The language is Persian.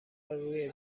روی